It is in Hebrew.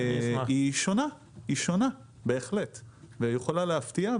היא שונה בהחלט ויכולה להפתיע,